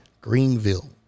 Greenville